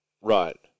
Right